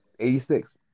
86